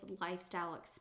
lifestyle